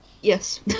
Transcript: Yes